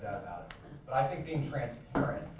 but i think being transparent,